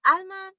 Alma